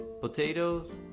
potatoes